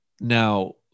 now